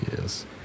yes